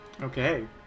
Okay